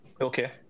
Okay